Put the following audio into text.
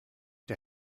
der